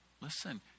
Listen